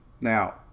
Now